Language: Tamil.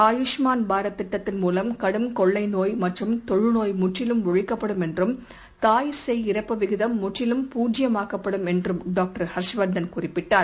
ஆயூஷ்மான் பாரத் திட்டத்தின் மூலம் கடும் கொள்ளைநோய் மற்றும் தொழுநோய் முற்றிலும் ஒழிக்கப்படும் என்றும் தாய் சேய் இறப்பு விகிதம் முற்றிலும் பூஜ்ஜியமாக்கப்படும் என்றும் டாக்டர் ஹர்ஷவர்தன் குறிப்பிட்டார்